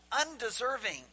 undeserving